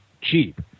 cheap